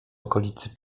okolicy